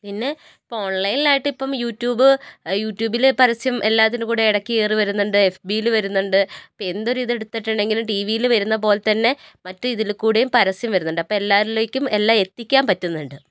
പിന്നെ ഇപ്പോൾ ഓൺലൈനായിട്ടിപ്പം യൂട്യൂബ് യുട്യൂബിൽ പരസ്യം എല്ലാത്തിൻ്റെ കൂടെ ഇടക്ക് കയറി വരുന്നുണ്ട് എഫ്ബില് വരുന്നുണ്ട് ഇപ്പോൾ എന്തൊരു ഇതെടുത്തിട്ടുണ്ടെങ്കിലും ടി വിൽ വരുന്ന പോലെ തന്നെ മറ്റ് ഇതിലും കൂടെയും പരസ്യം വരുന്നുണ്ട് അപ്പം എല്ലാരിലേക്കും എല്ലാം എത്തിക്കാൻ പറ്റുന്നുണ്ട്